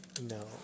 No